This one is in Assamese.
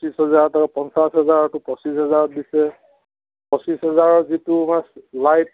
পঁচিছ হাজাৰত পঞ্চাছ হোজাৰতো পঁচিছ হেজাৰত দিছে পঁচিছ হেজাৰৰ যিটো আমাৰ লাইট